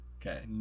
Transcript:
okay